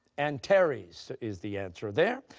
antares is the answer there.